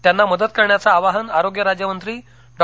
त्यांना मदत करण्याचं आवाहन आरोग्य राज्यमंत्री डॉ